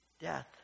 Death